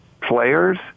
players